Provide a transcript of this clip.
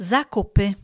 Zakupy